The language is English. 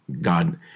God